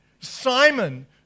Simon